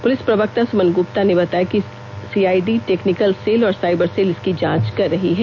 police प्रवक्ता सुमन गुप्ता ने बताया कि सीआईडी टेक्निकल सेल और साइबर सेल इसकी जांच कर रही है